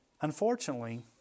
unfortunately